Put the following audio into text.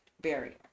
barrier